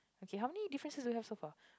okay how many differences do we have so far